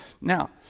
Now